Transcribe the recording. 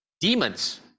demons